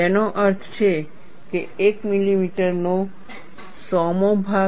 તેનો અર્થ છે એક મિલીમીટરનો સોમો ભાગ